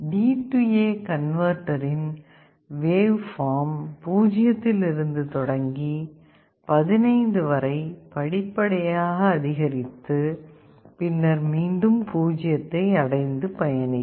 DA கன்வர்ட்டரின் wave form பூஜ்ஜியத்தில் இருந்து தொடங்கி 15 வரை படிப்படியாக அதிகரித்து பின்னர் மீண்டும் பூஜ்ஜியத்தை அடைந்து பயணிக்கும்